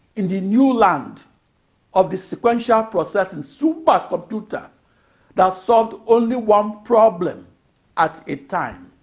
in the new land of the sequential processing supercomputer that solved only one problem at a time.